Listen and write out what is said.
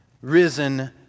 risen